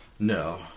No